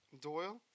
Doyle